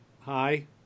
hi